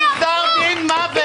גזר דין מוות.